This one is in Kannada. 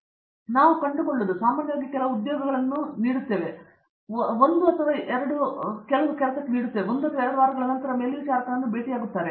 ಅರಂದಾಮ ಸಿಂಗ್ ಆದರೆ ನಾವು ಕಂಡುಕೊಳ್ಳುವವರು ಸಾಮಾನ್ಯವಾಗಿ ಕೆಲವು ಉದ್ಯೋಗಗಳನ್ನು ನೀಡುತ್ತಿದ್ದಾರೆ ಮತ್ತು ಅವರು ಒಂದು ಅಥವಾ ಎರಡು ವಾರಗಳ ನಂತರ ಮೇಲ್ವಿಚಾರಕನನ್ನು ಭೇಟಿಯಾಗುತ್ತಾರೆ